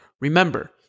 Remember